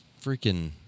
freaking